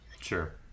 Sure